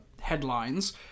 headlines